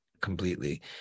completely